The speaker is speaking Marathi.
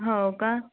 हो का